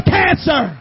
cancer